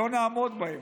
לא נעמוד בהם.